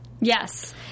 Yes